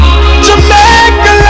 Jamaica